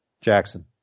Jackson